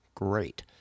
great